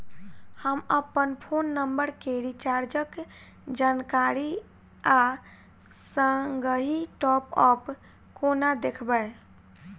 हम अप्पन phone number केँ रिचार्जक जानकारी आ संगहि टॉप अप कोना देखबै?